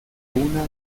una